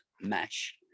mesh